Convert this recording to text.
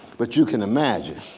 but you can imagine